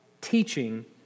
teaching